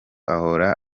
ahora